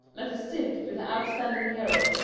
let the stick be the outstanding hero,